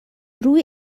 روی